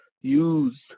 use